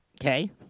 Okay